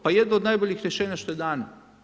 Pa jedno od najboljih rješenja što je dano.